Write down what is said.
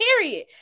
period